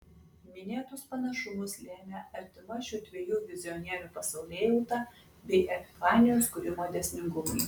minėtus panašumus lėmė artima šių dviejų vizionierių pasaulėjauta bei epifanijos kūrimo dėsningumai